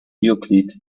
euclid